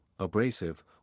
abrasive